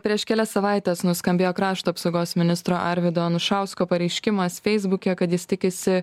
prieš kelias savaites nuskambėjo krašto apsaugos ministro arvydo anušausko pareiškimas feisbuke kad jis tikisi